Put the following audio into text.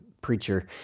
preacher